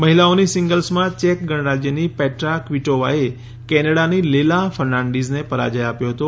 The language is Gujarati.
મહિલાઓની સિંગલ્સમાં ચેક ગણરાજ્યની પેટ્રા ક્વિટોવાએ કેનેડાની લેલાહ ફર્નાન્ડીઝને પરાજય આપ્યો હતો